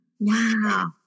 Wow